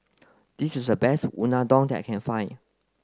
this is a best Unadon that I can find